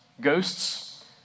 ghosts